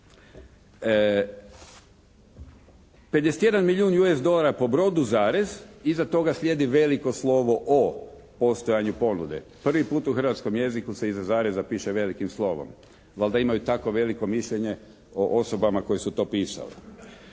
51 milijun US dolara po brodu, iza toga slijedi veliko slovo O postojanju ponude, prvi put u hrvatskom jeziku se iza zareza piše velikim slovom. Valjda imaju tako veliko mišljenje o osobama koje su to pisale.